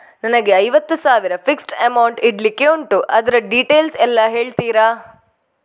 ನನಗೆ ಐವತ್ತು ಸಾವಿರ ಫಿಕ್ಸೆಡ್ ಅಮೌಂಟ್ ಇಡ್ಲಿಕ್ಕೆ ಉಂಟು ಅದ್ರ ಡೀಟೇಲ್ಸ್ ಎಲ್ಲಾ ಹೇಳ್ತೀರಾ?